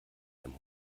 ihrem